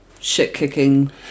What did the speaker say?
shit-kicking